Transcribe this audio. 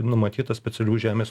numatyta specialių žemės